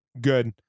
good